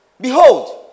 behold